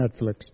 Netflix